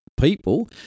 people